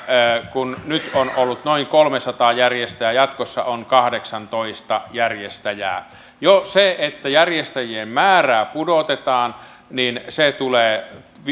kun nyt on ollut noin kolmesataa järjestäjää ja jatkossa on kahdeksantoista järjestäjää jo se että järjestäjien määrää pudotetaan tulee